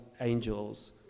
angels